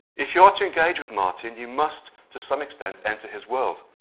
if you are to engage with martin you must, to some extent, enter his world.